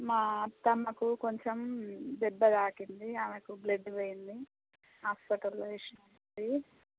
మా అత్తమ్మకు కొంచెం దెబ్బ దాకింది ఆమెకు బ్లడ్ పోయింది హాస్పటల్లో వేసి ఉంది